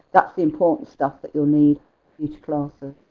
that's the importance stuff that you need each classes.